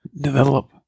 develop